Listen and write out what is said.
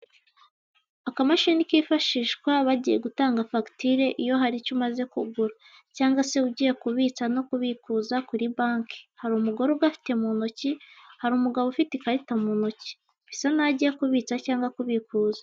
Akamashini kifashishwa bagiye gutanga fagitire yo hari icyo umaze kugura cyangwa se ugiye kubitsa no kubikuza kuri banke hari umugore ugafite mu ntoki, hari umugabo ufite ikarita mu ntoki bisa nkaho agiye kubitsa cyangwa kubikuza.